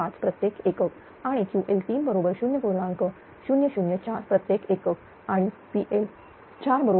005 प्रत्येक एकक आणि QL3 बरोबर 004 प्रत्येक एकक आणि PL4 0